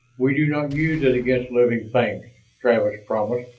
we do not use it against living things, travis promised,